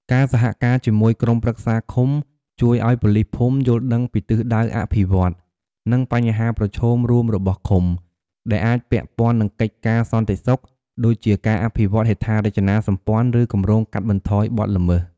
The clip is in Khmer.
ការសហការជាមួយក្រុមប្រឹក្សាឃុំ ជួយឱ្យប៉ូលីសភូមិ យល់ដឹងពីទិសដៅអភិវឌ្ឍន៍ និង បញ្ហាប្រឈមរួមរបស់ឃុំ ដែលអាចពាក់ព័ន្ធនឹងកិច្ចការសន្តិសុខ ដូចជាការអភិវឌ្ឍហេដ្ឋារចនាសម្ព័ន្ធ ឬគម្រោងកាត់បន្ថយបទល្មើស។